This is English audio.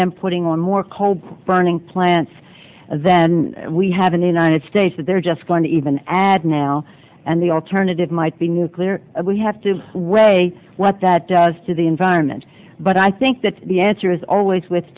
them putting on more coal burning plants than we have in a united states that they're just going to even add now and the alternative might be nuclear we have to weigh what that does to the environment but i think that the answer is always with